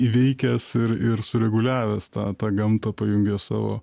įveikęs ir ir sureguliavęs tą tą gamtą pajungia savo